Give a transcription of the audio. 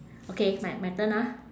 okay my my turn ah